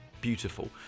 beautiful